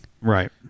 Right